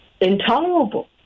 intolerable